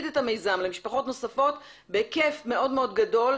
את המיזם למשפחות נוספות בהיקף מאוד מאוד גדול,